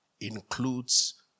includes